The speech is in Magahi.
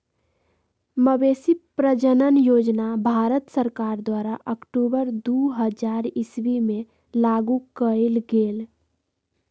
मवेशी प्रजजन योजना भारत सरकार द्वारा अक्टूबर दू हज़ार ईश्वी में लागू कएल गेल